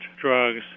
drugs